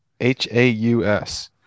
H-A-U-S